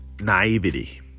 naivety